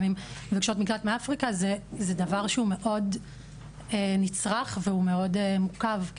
גם עם מבקשות מקלט מאפריקה זה דבר שהוא מאוד נצרך והוא מאוד מורכב.